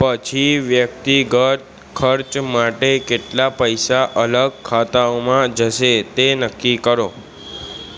પછી વ્યક્તિગત ખર્ચ માટે કેટલા પૈસા અલગ ખાતાઓમાં જશે તે નક્કી કરો